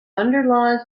underlies